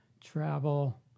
travel